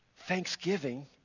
thanksgiving